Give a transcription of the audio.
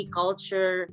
culture